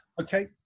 Okay